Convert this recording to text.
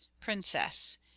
Princess